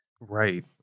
Right